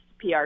PR